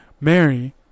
mary